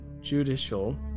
judicial